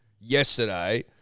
yesterday